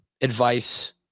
advice